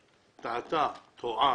טעתה, טועה.